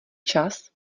čas